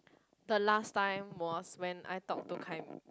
the last time was when I talk to